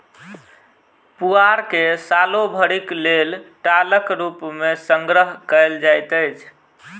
पुआर के सालो भरिक लेल टालक रूप मे संग्रह कयल जाइत अछि